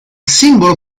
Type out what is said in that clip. simbolo